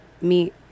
meet